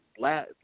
last